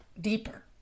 deeper